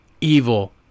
evil